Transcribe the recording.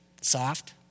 soft